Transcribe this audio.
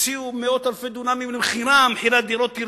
יוציאו מאות אלפי דונמים למכירה ומחירי הדירות ירדו,